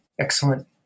excellent